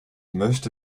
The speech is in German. möchte